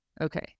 Okay